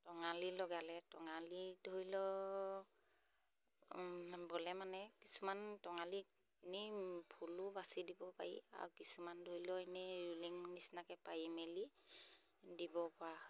টঙালি লগালে টঙালি ধৰি লওক বোলে মানে কিছুমান টঙালি ফুলো বাচি দিব পাৰি আৰু কিছুমান ধৰি লওক এনেই ৰুলিং নিচিনাকৈ পাৰি মেলি দিব পৰা